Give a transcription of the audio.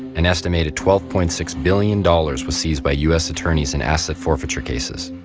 an estimated twelve point six billion dollars was seized by u s. attorneys in asset forfeiture cases.